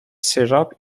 syrup